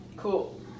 Cool